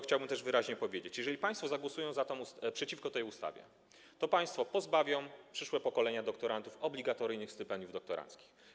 Chciałbym wyraźnie powiedzieć, jeżeli państwo zagłosują przeciwko tej ustawie, to państwo pozbawią przyszłe pokolenia doktorantów obligatoryjnych stypendiów doktoranckich.